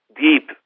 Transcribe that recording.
deep